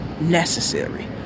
necessary